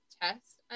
test